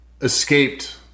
escaped